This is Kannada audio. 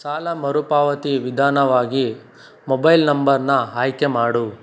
ಸಾಲ ಮರುಪಾವತಿ ವಿಧಾನವಾಗಿ ಮೊಬೈಲ್ ನಂಬರ್ನ ಆಯ್ಕೆ ಮಾಡು